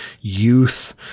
youth